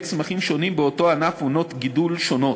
צמחים שונים באותו הענף עונות גידול שונות,